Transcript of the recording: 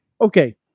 okay